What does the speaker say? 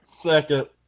Second